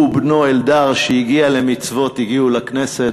הוא ובנו אלדר, שהגיע למצוות, הגיעו לכנסת.